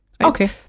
Okay